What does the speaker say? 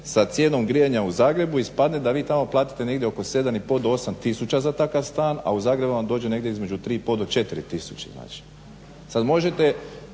sa cijenom grijanja u Zagrebu ispadne da vi tamo platite negdje oko 7,5 do 8 tisuća za takav stan, a u Zagrebu vam dođe negdje između 3,5 do 4 tisuće.